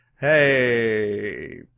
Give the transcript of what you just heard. Hey